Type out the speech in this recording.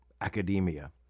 academia